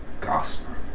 gospel